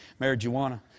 Marijuana